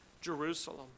Jerusalem